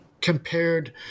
compared